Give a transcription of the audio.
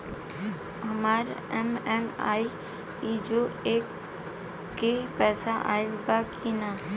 हमार एम.एन.आर.ई.जी.ए के पैसा आइल बा कि ना?